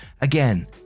again